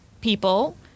people